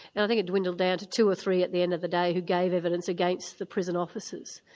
and i think it dwindled down to two or three at the end of the day who gave evidence against the prison officers.